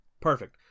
Perfect